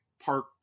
Park